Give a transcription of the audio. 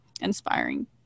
inspiring